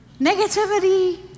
negativity